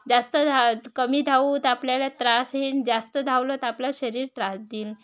जास्त धा कमी धावू तर आपल्याला त्रास येईल जास्त धावलो तर आपला शरीर त्रास देईल